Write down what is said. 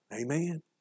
Amen